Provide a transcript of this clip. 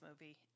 movie